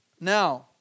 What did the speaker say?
Now